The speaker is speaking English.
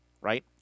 right